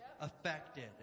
affected